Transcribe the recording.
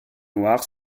noirs